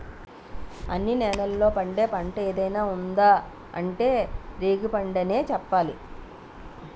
అన్ని నేలల్లో పండే పంట ఏదైనా ఉందా అంటే రేగిపండనే చెప్పాలి